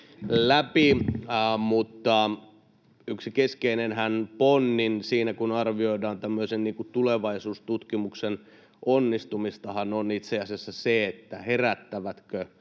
läpi. Mutta yksi keskeinenhän ponnin siinä, kun arvioidaan tämmöisen tulevaisuustutkimuksen onnistumista, on itse asiassa se, herättävätkö